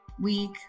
week